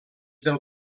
del